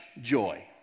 joy